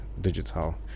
digital